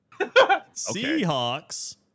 Seahawks